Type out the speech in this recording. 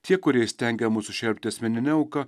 tie kurie įstengia mus sušelpti asmenine auka